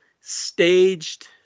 staged